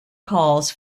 calls